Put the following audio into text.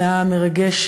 שהיה מרגש